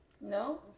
No